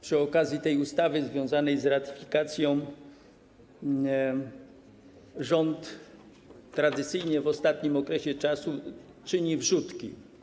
Przy okazji tej ustawy związanej z ratyfikacją rząd tradycyjnie w ostatnim okresie czyni wrzutki.